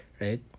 right